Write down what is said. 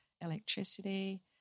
electricity